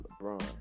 LeBron